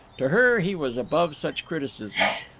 to her he was above such criticisms,